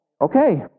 Okay